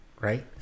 right